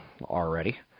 already